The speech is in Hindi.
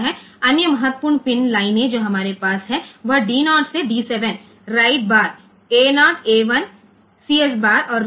अन्य महत्वपूर्ण पिन लाइनें जो हमारे पास हैं वह D 0 से D 7 write bar A0 A1CS bar और रीसेट हैं